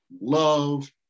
Love